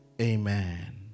Amen